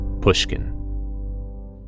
Pushkin